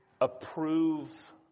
approve